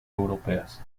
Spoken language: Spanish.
europeas